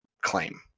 claim